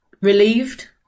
relieved